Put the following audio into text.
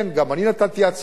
גם אני הבאתי הצעה,